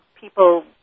people